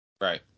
Right